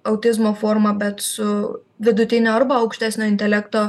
autizmo forma bet su vidutinio arba aukštesnio intelekto